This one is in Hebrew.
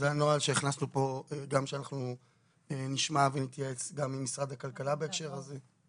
זה הנוהל שהכנסנו פה ונשמע ונתייעץ גם עם משרד הכלכלה בהקשר הזה.